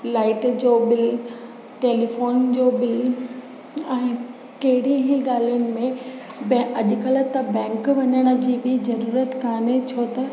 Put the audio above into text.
light जो bill telephone जो bill ऐं केॾी ई ॻाल्हियुनि में बै अॼुकल्ह त बैंक वञण जी बि ज़रूरत कोन्हे छो त